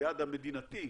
היעד המדינתי,